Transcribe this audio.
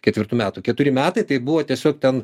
ketvirtų metų keturi metai tai buvo tiesiog ten